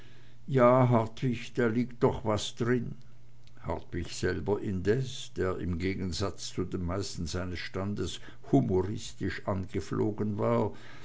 ja hartwig da liegt doch was drin hartwig selber indes der im gegensatz zu den meisten seines standes humoristisch angeflogen war